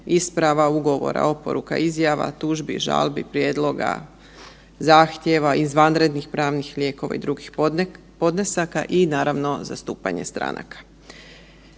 isprava ugovora, oporuka, izjava, tužbi, žalbi, prijedloga, zahtjeva, izvanrednih pravnih lijekova i drugih podnesaka, i naravno, zastupanje stranaka.